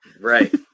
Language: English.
right